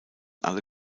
alle